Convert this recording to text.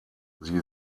sie